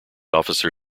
officer